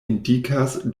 indikas